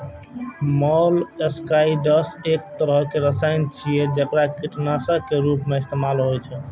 molluscicides एक तरहक रसायन छियै, जेकरा कीटनाशक के रूप मे इस्तेमाल होइ छै